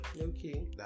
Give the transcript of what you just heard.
Okay